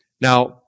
Now